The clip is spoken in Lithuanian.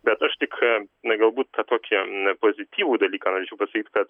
bet aš tik na galbūt tą tokį pozityvų dalyką norėčiau pasakyt kad